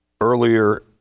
earlier